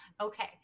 Okay